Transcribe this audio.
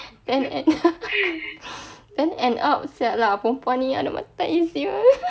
then end up then end up sia lah perempuan ni ada matair sia